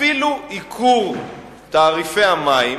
אפילו ייקור תעריפי המים,